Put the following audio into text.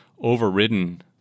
overridden